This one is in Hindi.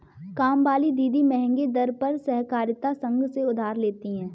कामवाली दीदी महंगे दर पर सहकारिता संघ से उधार लेती है